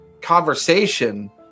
conversation